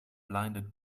blinded